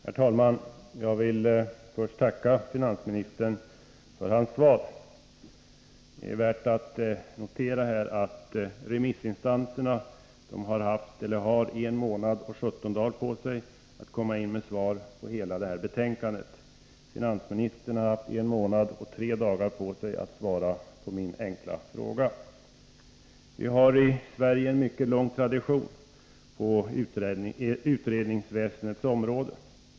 Herr talman! Jag vill börja med att tacka finansministern för hans svar. Det är värt att notera, att remissinstanserna har en månad och 17 dagar på sig att komma in med svar på hela det här betänkandet. Finansministern har haft en månad och tre dagar på sig att svara på min fråga. Vi har i Sverige en mycket lång tradition på utredningsväsendets område.